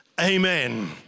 amen